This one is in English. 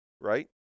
right